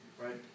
Right